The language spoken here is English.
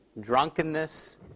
Drunkenness